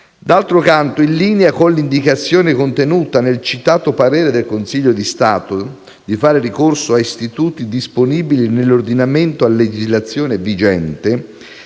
D'altro canto, in linea con l'indicazione contenuta nel citato parere del Consiglio di Stato di fare ricorso a istituti disponibili nell'ordinamento a legislazione vigente,